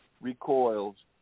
recoils